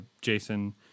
Jason